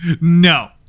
no